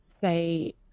say